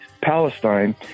Palestine